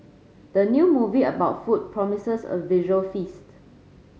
the new movie about food promises a visual feast